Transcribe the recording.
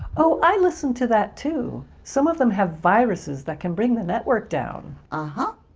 oh, i listened to that too. some of them have viruses that can bring the network down. ah